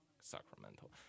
Sacramento